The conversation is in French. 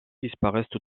disparaissent